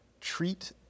treat